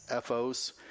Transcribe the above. fo's